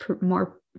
more